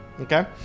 okay